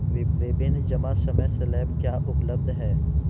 विभिन्न जमा समय स्लैब क्या उपलब्ध हैं?